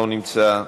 לא נמצא,